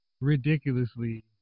ridiculously